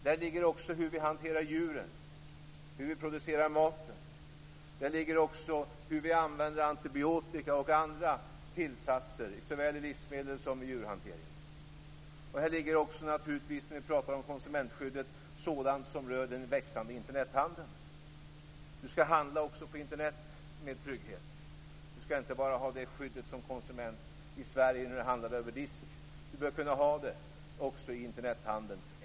Däri ligger också hur vi hanterar djuren, hur vi producerar maten och hur vi använder antibiotika och andra tillsatser, såväl i livsmedel som i djurhanteringen. Till den här diskussionen om konsumentskyddet hör naturligtvis också sådant som rör den växande Internethandeln. Du skall också på Internet handla med trygghet. Du skall som konsument i Sverige ha detta skydd inte bara när du handlar över disk. Du behöver kunna ha det också i Internethandeln.